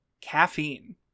Caffeine